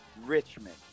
Richmond